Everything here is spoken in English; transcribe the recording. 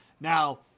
now